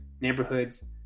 neighborhoods